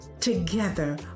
Together